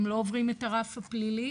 הם לא עוברים את הרף הפלילי